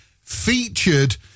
featured